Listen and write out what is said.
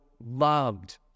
loved